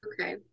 Okay